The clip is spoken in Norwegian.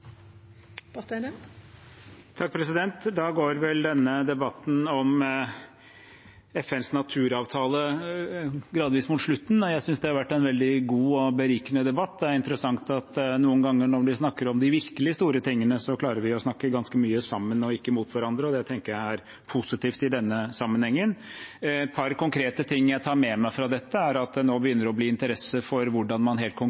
berikende debatt. Det er interessant at noen ganger når vi snakker om de virkelig store tingene, klarer vi å snakke ganske mye sammen, ikke mot hverandre, og det tenker jeg er positivt i denne sammenhengen. Et par konkrete ting jeg tar med meg fra dette, er at det nå begynner å bli interesse for hvordan man helt